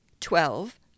twelve